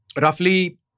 roughly